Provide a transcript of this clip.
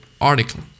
article